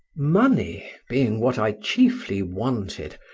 money being what i chiefly wanted,